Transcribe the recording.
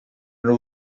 nhw